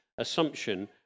assumption